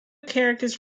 characters